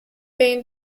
been